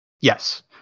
Yes